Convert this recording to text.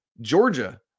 Georgia